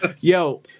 Yo